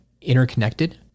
interconnected